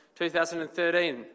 2013